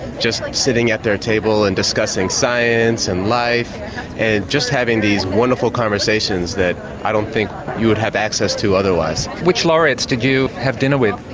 just like sitting at their table and discussing science and life, and just having these wonderful conversations that i don't think you would have access to otherwise. which laureates did you have dinner with,